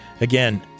Again